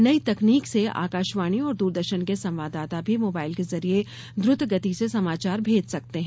नई तकनीक से आकाशवाणी और दूरदर्शन के संवाददाता भी मोबाइल के जरिये द्वत गति से समाचार भेज सकते हैं